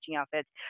outfits